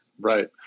Right